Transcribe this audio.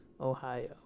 Ohio